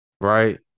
Right